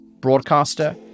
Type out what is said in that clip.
broadcaster